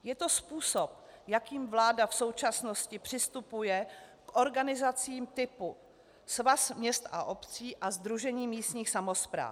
Je to způsob, jakým vláda v současnosti přistupuje k organizacím typu Svaz měst a obcí a Sdružení místních samospráv.